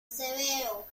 severo